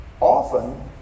often